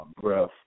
breath